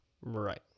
right